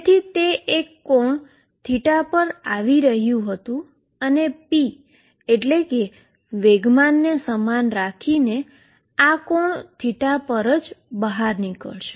તેથી તે એક એન્ગલ θ પર આવી રહ્યું હતું અને p ને એટલેકે મોમેન્ટમને સમાન રાખીને આ એન્ગલ θ પર જ બહાર નિકળશે